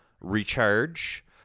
Recharge